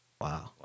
Wow